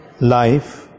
life